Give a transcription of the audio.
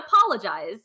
apologize